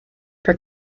per